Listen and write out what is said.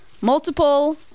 multiple